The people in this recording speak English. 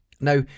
Now